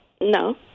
No